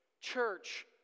church